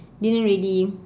didn't really